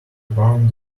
barn